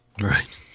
Right